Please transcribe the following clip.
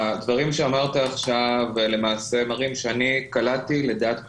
הדברים שאמרת עכשיו למעשה מראים שאני קלעתי לדעת גדולים.